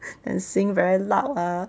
and sing very loud ah